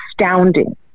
astounding